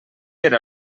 era